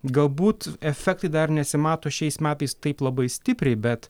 galbūt efektai dar nesimato šiais metais taip labai stipriai bet